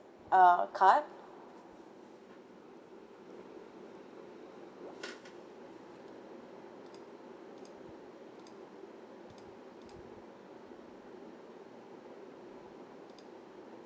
uh card